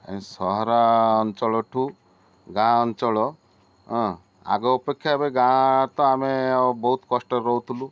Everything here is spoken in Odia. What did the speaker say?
ଆ ସହରା ଅଞ୍ଚଳଠୁ ଗାଁ ଅଞ୍ଚଳ ହଁ ଆଗ ଅପେକ୍ଷା ଏବେ ଗାଁ ତ ଆମେ ବହୁତ କଷ୍ଟରେ ରହୁଥିଲୁ